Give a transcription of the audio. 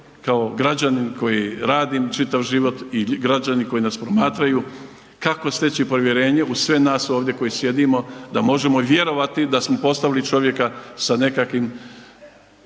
kao građanin koji radim čitav život i građani koji nas promatraju, kako steći povjerenje u sve nas ovdje koji sjedimo da možemo vjerovati da smo postavili čovjeka sa nekakvim